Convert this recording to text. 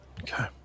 Okay